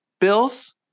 bills